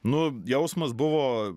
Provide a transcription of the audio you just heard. nu jausmas buvo